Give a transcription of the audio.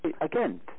again